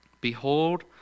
Behold